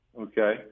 Okay